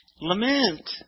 lament